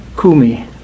kumi